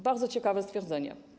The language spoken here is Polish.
Bardzo ciekawe stwierdzenie.